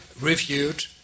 reviewed